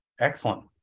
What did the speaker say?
Excellent